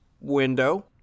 window